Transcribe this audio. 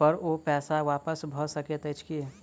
पर ओ पैसा वापस भऽ सकैत अछि की?